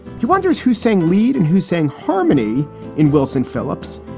he wonders who sang lead and who sang harmony in wilson phillips.